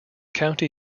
county